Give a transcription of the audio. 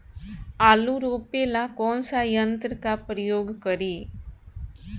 आलू रोपे ला कौन सा यंत्र का प्रयोग करी?